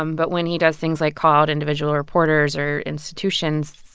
um but when he does things like call out individual reporters or institutions,